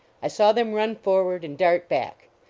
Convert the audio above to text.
i saw them run forward and dart back.